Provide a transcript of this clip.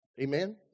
Amen